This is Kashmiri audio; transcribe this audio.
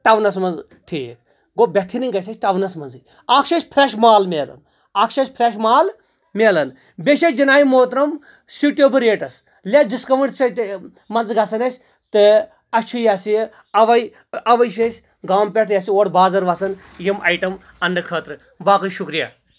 ٹونَس منٛز ٹھیٖک گوٚو بہتٔریٖن گژھِ اَسہِ ٹونَس منٛزٕے اکھ چھُ اسہِ فریٚش مال میلان اکھ چھُس اسہِ فریٚش مال میلان بیٚیہِ چھِ أسۍ جِنابہِ محترم سیوٹیبٕلۍ ریٹس یتھ ڈِسکونٛٹ منٛزٕ گژھان اَسہِ تہٕ اَسہِ چھُ یہِ ہسا یہِ آوے اور چھِ أسۍ گامہٕ پٮ۪ٹھ یوٗر بازر وَسان یِم آیٹم اَننہٕ خٲطرٕ باقٕے شُکریا